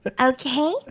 okay